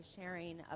sharing